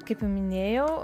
kaip jau minėjau